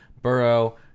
Burrow